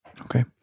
Okay